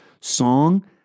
song